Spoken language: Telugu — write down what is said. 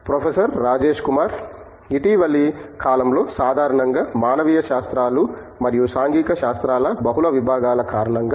ప్రొఫెసర్ రాజేష్ కుమార్ ఇటీవలి కాలంలోసాధారణంగా మానవీయ శాస్త్రాలు మరియు సాంఘిక శాస్త్రాల బహుళ విభాగాల కారణంగా